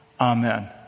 amen